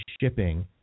shipping